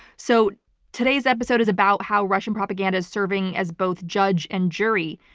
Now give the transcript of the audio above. so today's episode is about how russian propaganda is serving as both judge and jury.